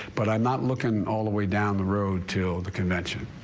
but i'm not looking all the way down the road to the convention.